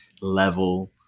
level